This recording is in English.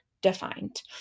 defined